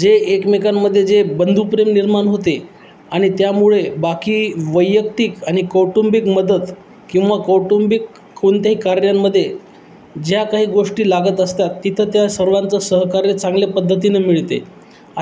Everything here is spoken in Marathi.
जे एकमेकांमध्ये जे बंधुप्रेम निर्माण होते आणि त्यामुळे बाकी वैयक्तिक आणि कौटुंबिक मदत किंवा कौटुंबिक कोणत्याही कार्यांमध्ये ज्या काही गोष्टी लागत असतात तिथं त्या सर्वांचं सहकार्य चांगल्या पद्धतीनं मिळते